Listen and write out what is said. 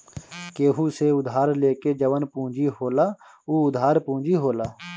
केहू से उधार लेके जवन पूंजी होला उ उधार पूंजी होला